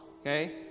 okay